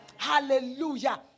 Hallelujah